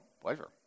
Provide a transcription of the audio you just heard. pleasure